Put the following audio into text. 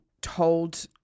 told